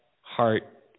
heart